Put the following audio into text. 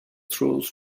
throws